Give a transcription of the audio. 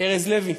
ארז לוי,